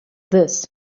this